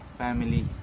family